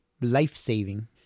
life-saving